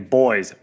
boys